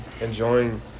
enjoying